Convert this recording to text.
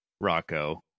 Rocco